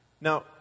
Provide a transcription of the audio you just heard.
Now